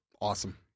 Awesome